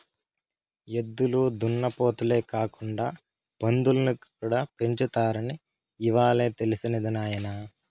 ఎద్దులు దున్నపోతులే కాకుండా పందుల్ని కూడా పెంచుతారని ఇవ్వాలే తెలిసినది నాయన